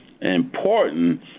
important